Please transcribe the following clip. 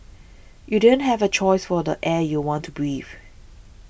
you don't have a choice for the air you want to breathe